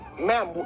Ma'am